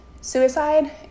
suicide